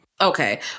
okay